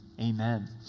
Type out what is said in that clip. amen